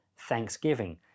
thanksgiving